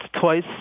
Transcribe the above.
twice